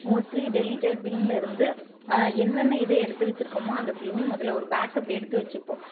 mostly deleted பின்ல இருந்து என்னென்ன இதை எடுத்து வச்சுருக்கமோ அந்த ஃப்லிம்மை முதல ஒரு பேக்கப் எடுத்து வச்சுப்போம்